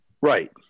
Right